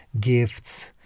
gifts